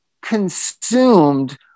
consumed